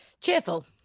Cheerful